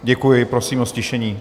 Děkuji, prosím o ztišení.